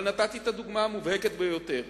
אבל נתתי את הדוגמה המובהקת ביותר.